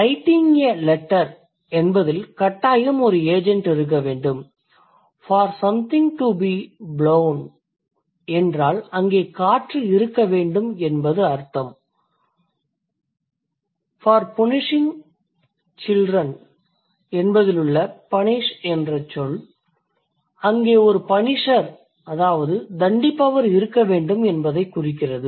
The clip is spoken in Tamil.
Writing a letter என்பதில் கட்டாயம் ஒரு ஏஜெண்ட் இருக்க வேண்டும் for something to be blown என்றால் அங்கே காற்று இருக்க வேண்டும் என்பது அர்த்தம் for punishing children என்பதிலுள்ள punish என்ற சொல் அங்கே ஒரு punisher தண்டிப்பவர் இருக்க வேண்டும் என்பதைக் குறிக்கிறது